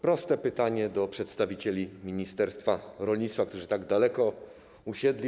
Proste pytanie do przedstawicieli ministerstwa rolnictwa, którzy tak daleko usiedli.